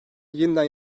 yeniden